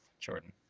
Jordan